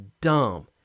dumb